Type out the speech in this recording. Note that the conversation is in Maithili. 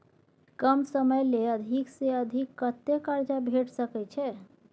कम समय ले अधिक से अधिक कत्ते कर्जा भेट सकै छै?